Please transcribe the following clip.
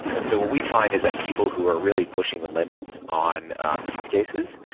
and so what we find is that people who are really pushing the limits on use cases,